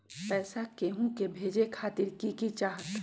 पैसा के हु के भेजे खातीर की की चाहत?